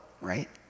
right